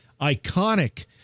iconic